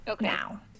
now